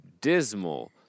dismal